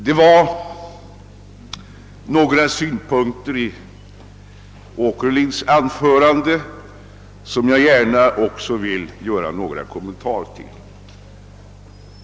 Det var några synpunkter i herr Åkerlinds anförande som jag också gärna ville göra några kommentarer till.